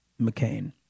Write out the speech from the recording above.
McCain